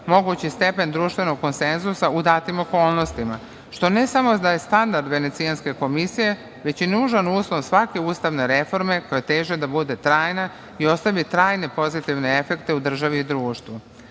mogući stepen društvenog konsenzusa u datim okolnostima, što ne samo da je standard Venecijanske komisije, već je nužan uslov svake ustavne reforme koje teža teži da bude trajna i ostavlja trajne pozitivne efekte u državi i društvu. Ovom